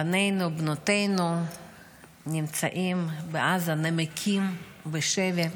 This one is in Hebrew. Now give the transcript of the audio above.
בנינו ובנותינו נמצאים בעזה, נמקים בשבי.